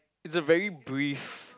it's a very brief